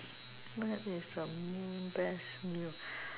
what is the best meal